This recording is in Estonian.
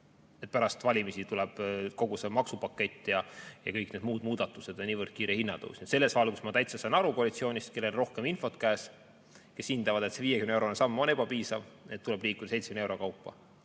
et pärast valimisi tuleb kogu see maksupakett ja kõik muud muudatused ja niivõrd kiire hinnatõus. Selles valguses ma täitsa saan aru koalitsioonist, kellel on rohkem infot käes, kui nad hindavad, et see 50-eurone samm on ebapiisav, tuleb liikuda 70 euro kaupa.